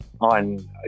on